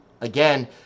again